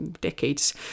decades